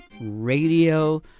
Radio